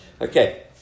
Okay